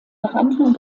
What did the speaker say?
behandlung